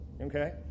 Okay